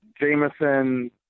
Jameson